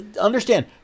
understand